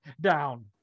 down